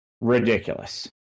ridiculous